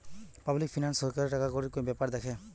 public finance সরকারের টাকাকড়ির বেপার দ্যাখে